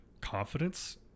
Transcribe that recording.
confidence